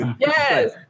yes